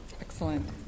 Excellent